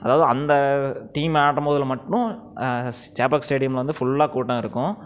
அதாவது அந்த டீம் ஆட்டம் போதில் மட்டும் சேப்பாக்கம் ஸ்டேடியமில் வந்து ஃபுல்லாக கூட்டம் இருக்கும்